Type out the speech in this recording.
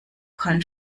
kein